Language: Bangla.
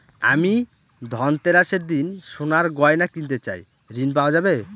আমি ধনতেরাসের দিন সোনার গয়না কিনতে চাই ঝণ পাওয়া যাবে?